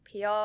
PR